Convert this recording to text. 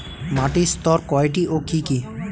মাটির স্তর কয়টি ও কি কি?